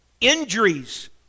Injuries